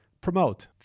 promote